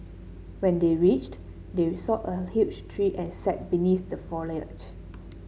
when they reached they saw a huge tree and sat beneath the foliage